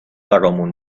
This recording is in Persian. برامون